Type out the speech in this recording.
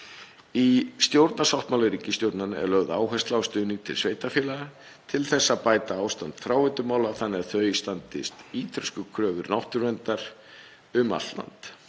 Í stjórnarsáttmála ríkisstjórnarinnar er lögð áhersla á stuðning til sveitarfélaga til að bæta ástand fráveitumála þannig að þau standist ýtrustu kröfur náttúruverndar um allt